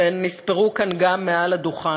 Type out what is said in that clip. והן נספרו כאן גם מעל הדוכן,